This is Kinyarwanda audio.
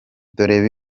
dore